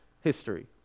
history